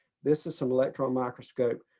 this is some electron microscope.